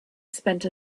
spent